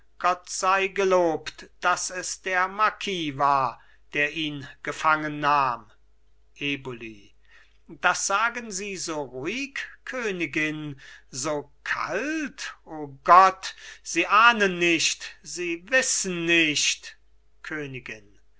gott sei gelobt daß es der marquis war der ihn gefangennahm eboli das sagen sie so ruhig königin so kalt o gott sie ahnden nicht sie wissen nicht königin